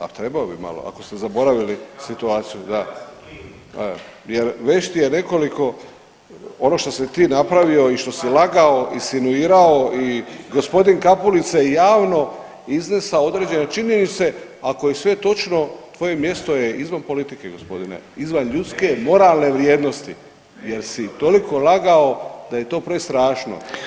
A trebali bi malo ako ste zaboravili situaciju, da e … [[Upadica se ne razumije.]] jer već ti je nekoliko ono što si ti napravio i što si lagao, insinuirao i gospodin Kapulica je javno iznesao određene činjenice, ako je sve točno tvoje mjesto je izvan politike gospodine, izvan ljudske i moralne vrijednosti jer si toliko lagao da je to prestrašno.